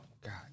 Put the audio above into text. God